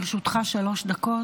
בבקשה, לרשותך שלוש דקות.